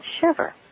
shiver